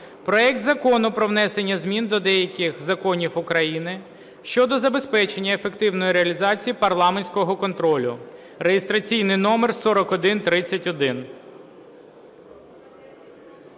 проект Закону про внесення змін до деяких законів України щодо забезпечення ефективної реалізації парламентського контролю (реєстраційний номер 4131).